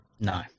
No